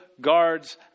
guards